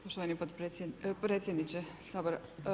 Poštovani predsjedniče Sabora.